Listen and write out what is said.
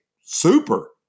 super